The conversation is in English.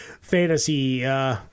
fantasy